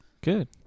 good